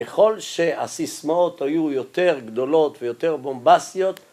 ‫ככל שהסיסמאות היו יותר גדולות ‫ויותר בומבסיות.